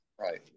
Right